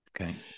Okay